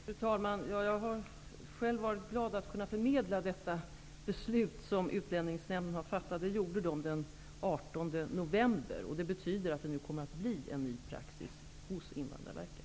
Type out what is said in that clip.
Fru talman! Jag har själv varit glad över att kunna förmedla det beslut som Utlänningsnämnden fattade den 18 november. Det betyder att det nu kommer att bli en ny praxis hos Invandrarverket.